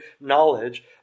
knowledge